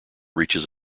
reaches